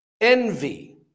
Envy